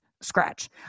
Scratch